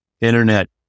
internet